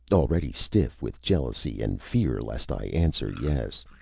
already stiff with jealousy, and fear lest i answer, yes.